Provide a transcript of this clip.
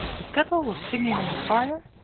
the kettle was singing on the fire,